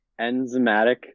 enzymatic